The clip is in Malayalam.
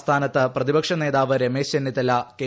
ആസ്ഥാനത്ത് പ്രതിപക്ഷ നേതാവ് രമേശ് ചെന്നിത്തല കെ